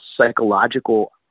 psychological